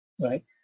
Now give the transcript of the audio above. right